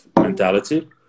mentality